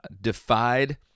defied